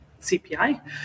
CPI